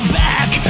back